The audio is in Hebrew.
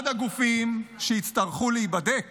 -- אחד הגופים שיצטרכו להיבדק